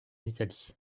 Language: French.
italie